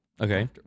okay